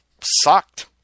sucked